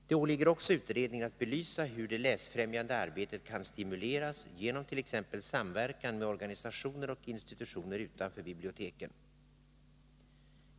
Det åligger också utredningen att belysa hur det läsfrämjande arbetet kan stimuleras genom t.ex. samverkan med organisationer och institutioner utanför biblioteken.